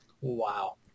Wow